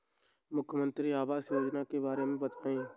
मुख्यमंत्री आवास योजना के बारे में बताए?